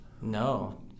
No